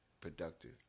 productive